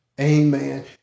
Amen